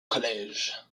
college